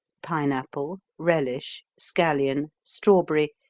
pineapple, relish, scallion, strawberry,